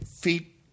feet